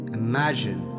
imagine